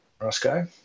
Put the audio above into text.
Roscoe